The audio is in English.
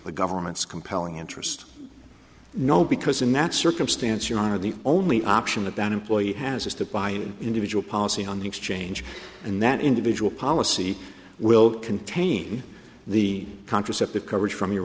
the government's compelling interest no because in that circumstance you are the only option that that employee has is to buy an individual policy on the exchange and that individual policy will contain the contraceptive coverage from your